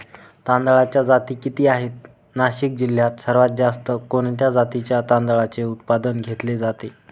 तांदळाच्या जाती किती आहेत, नाशिक जिल्ह्यात सर्वात जास्त कोणत्या जातीच्या तांदळाचे उत्पादन घेतले जाते?